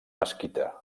mesquita